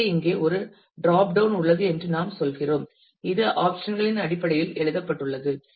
எனவே இங்கே ஒரு டிராப் டவுன் உள்ளது என்று நாம் சொல்கிறோம் இது ஆப்சன் களின் அடிப்படையில் இங்கே எழுதப்பட்டுள்ளது